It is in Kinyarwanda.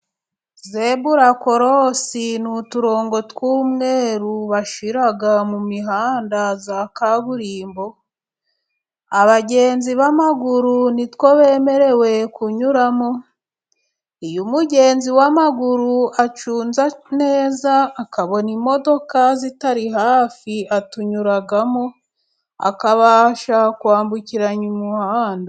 Zebura korosi ni uturongo tw'umweru bashyira mu mihanda ya kaburimbo， abagenzi b'amaguru nitwo bemerewe kunyuramo. Umugenzi w’amaguru， acunze neza akabona imodoka zitari hafi，atunyuramo，akabasha kwambukiranya umuhanda.